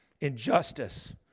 injustice